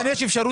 כאן יש אפשרות